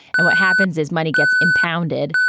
and what happens is money gets impounded.